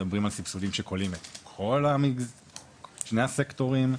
מדברים על סבסודים שכוללים את שני הסקטורים,